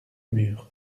mur